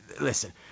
listen